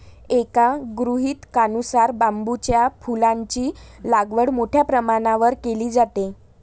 एका गृहीतकानुसार बांबूच्या फुलांची लागवड मोठ्या प्रमाणावर केली जाते